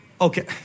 Okay